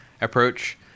approach